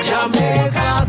Jamaica